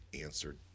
answered